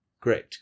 great